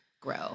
grow